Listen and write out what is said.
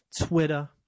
Twitter